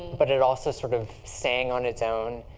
but it also sort of staying on its own.